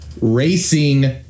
Racing